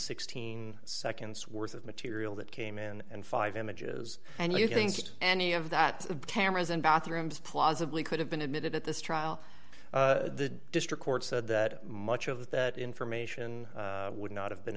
sixteen seconds worth of material that came in and five images and you think any of that cameras in bathrooms plausibly could have been admitted at this trial the district court said that much of that information would not have been